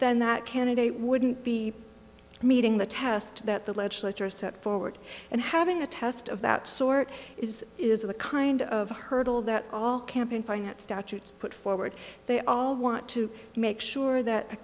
then that candidate wouldn't be meeting the test that the legislature set forward and having a test of that sort is is a kind of hurdle that all campaign finance statutes put forward they all want to make sure that